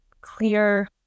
clear